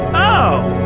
oh!